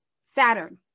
Saturn